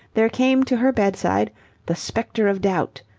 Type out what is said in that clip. there came to her bedside the spectre of doubt,